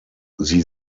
sie